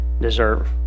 deserve